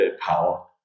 power